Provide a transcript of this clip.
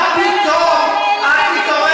זה לא הרמטכ"ל.